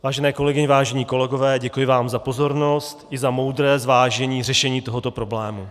Vážené kolegyně, vážení kolegové, děkuji vám za pozornost i za moudré zvážení řešení tohoto problému.